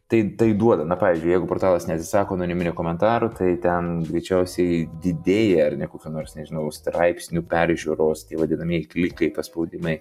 tai tai duoda na pavyzdžiui jeigu portalas neatsisako anoniminių komentarų tai ten greičiausiai didėja ar ne kokia nors nežinau straipsnių peržiūros tie vadinamieji klikai paspaudimai